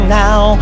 now